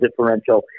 differential